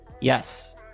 yes